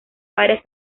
varias